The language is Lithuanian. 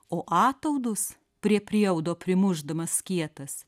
o ataudus prie prieaudo primušdamas skietas